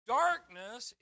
darkness